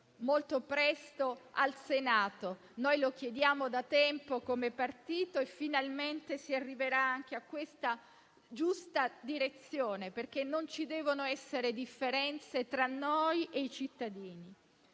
molto presto - in Senato. Lo chiediamo da tempo come partito e finalmente si arriverà a questa giusta misura, perché non ci devono essere differenze tra noi e i cittadini.